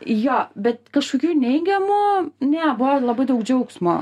jo bet kažkokių neigiamų ne buvo labai daug džiaugsmo